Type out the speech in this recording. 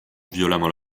violemment